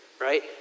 right